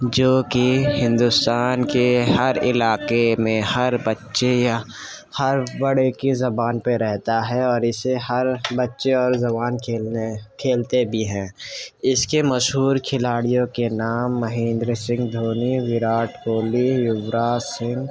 جو کہ ہندوستان کے ہر علاقے میں ہر بچے یا ہر بڑے کے زبان پہ رہتا ہے اور اِسے ہر بچے اور جوان کھیلنے کھیلتے بھی ہیں اِس کے مشہور کھلاڑیوں کے نام مہیندر سنگھ دھونی ویراٹ کوہلی یوراج سنگھ